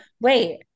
wait